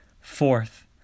Fourth